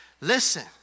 Listen